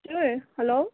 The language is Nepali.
हजुर हेलो